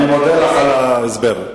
אני מודה לךְ על ההסבר.